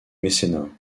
mécénat